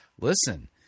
listen